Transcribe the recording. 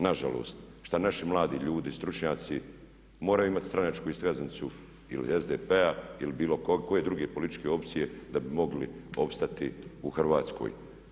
Na žalost šta naši mladi ljudi stručnjaci moraju imati stranačku iskaznicu ili SDP-a ili bilo koje druge političke opcije da bi mogli opstati u Hrvatskoj.